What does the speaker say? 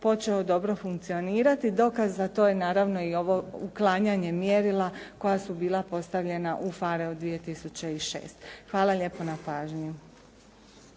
počeo dobro funkcionirati, dokaz za to je naravno i ovo uklanjanje mjerila koja su bila postavljena u FAR od 2006. Hvala lijepo na pažnji.